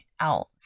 else